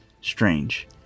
Strange